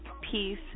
peace